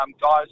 guys